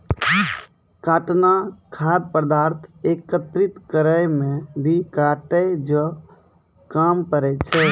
काटना खाद्य पदार्थ एकत्रित करै मे भी काटै जो काम पड़ै छै